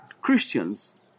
Christians